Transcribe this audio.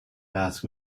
ask